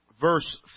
verse